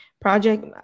project